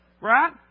Right